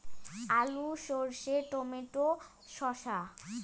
আলু সর্ষে টমেটো শসা